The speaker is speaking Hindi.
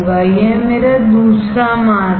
यह मेरा दूसरा मास्क है